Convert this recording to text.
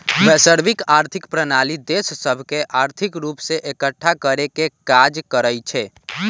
वैश्विक आर्थिक प्रणाली देश सभके आर्थिक रूप से एकठ्ठा करेके काज करइ छै